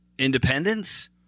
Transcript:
independence